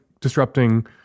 disrupting